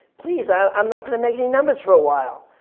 please, i'm not going to make any numbers for a while.